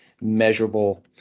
measurable